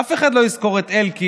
אף אחד לא יזכור את אלקין,